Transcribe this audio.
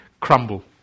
crumble